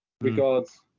regards